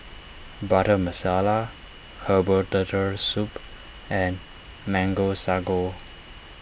Butter Masala Herbal Turtle Soup and Mango Sago